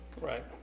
right